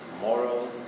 moral